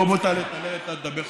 בוא ותעלה אתה ותדבר.